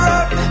up